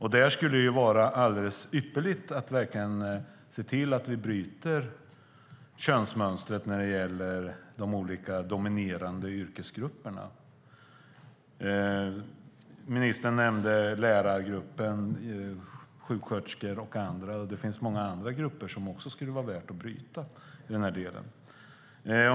Här skulle det vara ypperligt att bryta könsmönstret i de dominerande yrkesgrupperna. Ministern nämnde lärare, sjuksköterskor och andra, och det finns många andra yrken där det också vore värt att bryta könsmönstret.